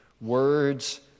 words